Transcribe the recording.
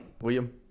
William